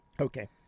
Okay